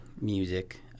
music